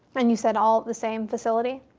and you said all at the same facility?